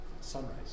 sunrise